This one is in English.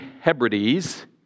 Hebrides